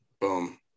Boom